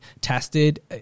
tested